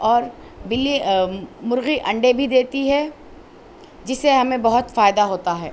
اور بلی مرغی انڈے بھی دیتی ہے جس سے ہمیں بہت فائدہ ہوتا ہے